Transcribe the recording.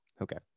Okay